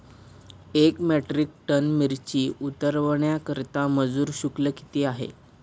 एक metric ton मिरची उतरवण्याकरता मजुर शुल्क किती आहे?